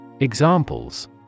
Examples